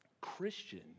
Christian